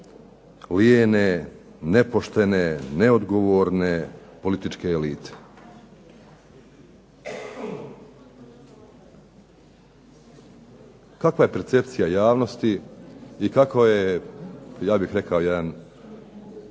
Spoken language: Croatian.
lijene, nepoštene, neodgovorne političke elite. Kakva je percepcija javnosti i kakva je ja bih rekao jedan